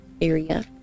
area